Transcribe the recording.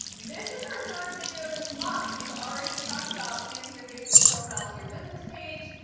this is our third video this month. we've already talked about connecting your facebook profile to your business page,